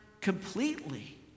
completely